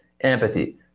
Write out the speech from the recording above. empathy